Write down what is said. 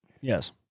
Yes